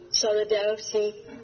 solidarity